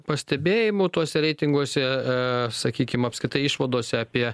pastebėjimų tuose reitinguose sakykim apskritai išvadose apie